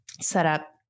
setup